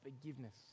forgiveness